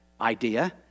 idea